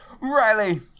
Riley